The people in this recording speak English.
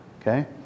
okay